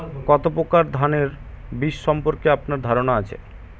কত প্রকার ধানের বীজ সম্পর্কে আপনার ধারণা আছে?